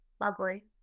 Lovely